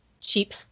cheap